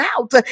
out